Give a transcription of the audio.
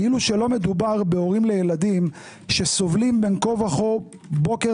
כאילו לא מדובר בהורים לילדים שסובלים בין כה וכה בוקר